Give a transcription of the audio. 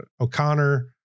O'Connor